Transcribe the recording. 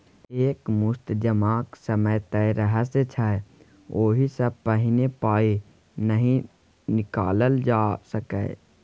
एक मुस्त जमाक समय तय रहय छै ओहि सँ पहिने पाइ नहि निकालल जा सकैए